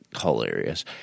hilarious